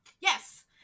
Yes